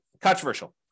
controversial